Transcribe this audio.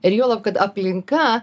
ir juolab kad aplinka